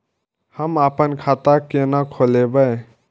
हम आपन खाता केना खोलेबे?